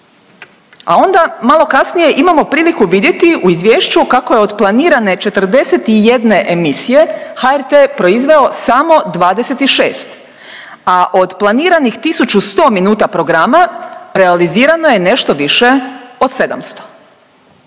a onda malo kasnije imamo priliku vidjeti u izvješću kako je od planirane 41 emisije HRT proizveo samo 26, a od planiranih 1100 minuta programa realizirano je nešto više od 700